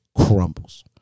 crumbles